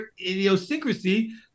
Idiosyncrasy